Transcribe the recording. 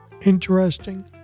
interesting